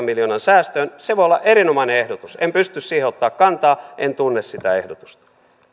miljoonan säästöön se voi olla erinomainen ehdotus en pysty siihen ottamaan kantaa en tunne sitä ehdotusta